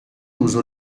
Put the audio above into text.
uso